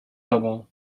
tobą